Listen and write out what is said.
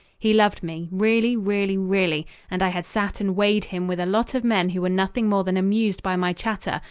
he loved me really, really, really and i had sat and weighed him with a lot of men who were nothing more than amused by my chatter,